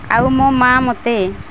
ଆଉ ମୋ ମା' ମୋତେ